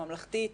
הממלכתית,